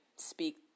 speak